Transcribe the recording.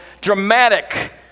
dramatic